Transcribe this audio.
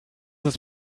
ist